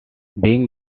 being